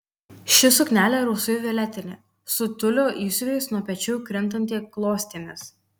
ši suknelė rausvai violetinė su tiulio įsiuvais nuo pečių krintanti klostėmis